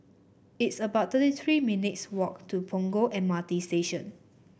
it's about thirty three minutes' walk to Punggol M R T Station